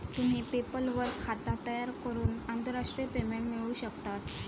तुम्ही पेपल वर खाता तयार करून आंतरराष्ट्रीय पेमेंट मिळवू शकतास